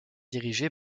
dirigé